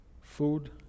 food